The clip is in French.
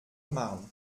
marne